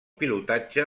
pilotatge